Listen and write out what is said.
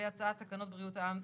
והצעת תקנות בריאות העם,